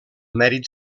mèrit